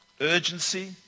Urgency